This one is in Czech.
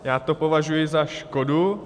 Já to považuji za škodu.